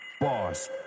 boss